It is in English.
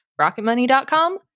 Rocketmoney.com